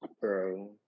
Bro